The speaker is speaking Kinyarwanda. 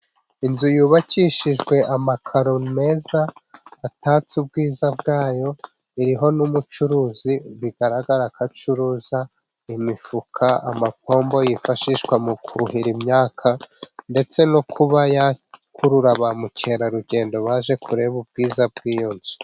Inzu yubakishijwe amakaro meza, atatse ubwiza bwayo, iriho n'umucuruzi bigaragara ko acuruza imifuka, amapombo yifashishwa mu kuhira imyaka, ndetse no kuba yakurura ba mukerarugendo baje kureba ubwiza bw'iyo nzu.